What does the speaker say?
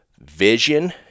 vision